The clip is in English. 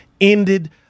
ended